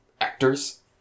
actors